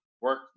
work